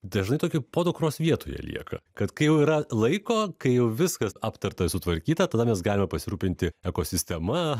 dažnai tokia podukros vietoje lieka kad kai jau yra laiko kai jau viskas aptarta sutvarkyta tada mes galime pasirūpinti ekosistema